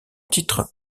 titre